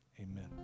Amen